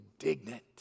indignant